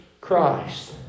Christ